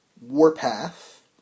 Warpath